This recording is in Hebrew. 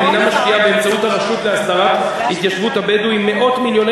המדינה משקיעה באמצעות הרשות להסדרת התיישבות הבדואים מאות מיליוני